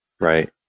Right